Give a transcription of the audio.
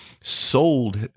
sold